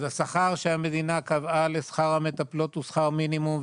אז השכר שהמדינה קבעה לשכר המטפלות הוא שכר מינימום,